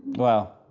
well.